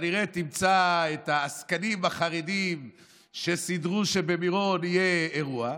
כנראה תמצא את העסקנים החרדים שסידרו שבמירון יהיה אירוע,